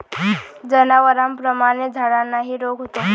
जनावरांप्रमाणेच झाडांनाही रोग होतो